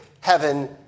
heaven